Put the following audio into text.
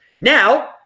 Now